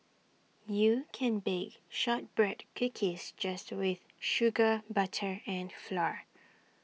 you can bake Shortbread Cookies just with sugar butter and flour